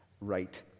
right